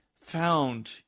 found